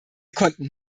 konnten